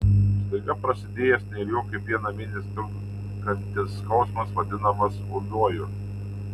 staiga prasidėjęs ne ilgiau kaip vieną mėnesį trunkantis skausmas vadinamas ūmiuoju